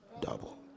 double